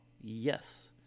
yes